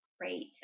great